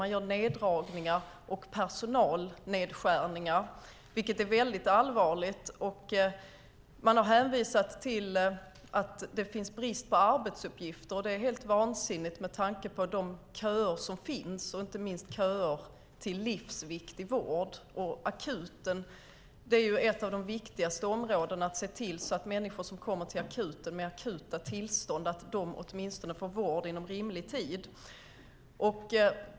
Man gör neddragningar och personalnedskärningar, vilket är väldigt allvarligt. Man har hänvisat till att det finns brist på arbetsuppgifter, och det är helt vansinnigt med tanke på de köer som finns, inte minst köer till livsviktig vård. Akuten är ju ett av de viktigaste områdena, att se till att människor som kommer till akuten med akuta tillstånd åtminstone vår vård inom rimlig tid.